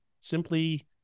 simply